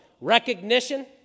recognition